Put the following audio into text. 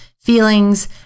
feelings